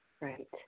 right